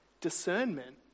discernment